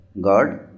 God